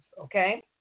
okay